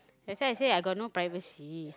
that's why I say I got no privacy